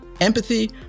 empathy